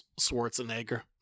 Schwarzenegger